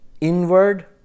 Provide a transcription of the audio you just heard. Inward